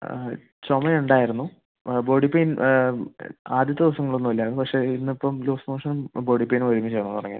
ആ ചുമ ഉണ്ടായിരുന്നു ബോഡി പെയിൻ ആദ്യത്തെ ദിവസങ്ങളിൽ ഒന്നുമില്ലായിരുന്നു പക്ഷേ ഇന്ന് ഇപ്പൊൾ ലൂസ്മോഷൻ ബോഡി പെയിൻ ഒരുമിച്ചാണ് തുടങ്ങിയേ